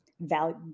value